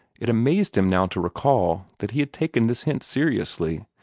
it amazed him now to recall that he had taken this hint seriously,